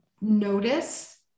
Notice